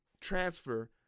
transfer